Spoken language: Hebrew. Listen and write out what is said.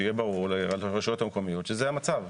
שיהיה ברור לרשויות המקומיות שזה המצב.